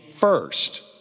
First